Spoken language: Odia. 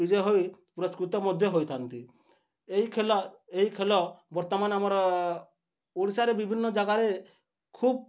ବିଜୟ ହୋଇ ପୁରସ୍କୃତ ମଧ୍ୟ ହୋଇଥାନ୍ତି ଏହି ଖେଲ ଏହି ଖେଲ ବର୍ତ୍ତମାନ ଆମର ଓଡ଼ିଶାରେ ବିଭିନ୍ନ ଜାଗାରେ ଖୁବ